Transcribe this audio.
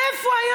איפה?